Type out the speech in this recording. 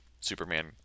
Superman